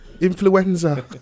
Influenza